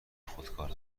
خودکار